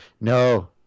No